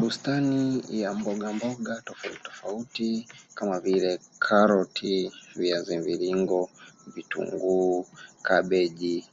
Bustani ya mbogamboga tofautitofauti kama vile: karoti, viazi mviringo, vitunguu, kabeji;